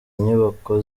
inyubako